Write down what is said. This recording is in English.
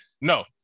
no